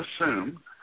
assume